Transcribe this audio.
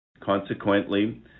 Consequently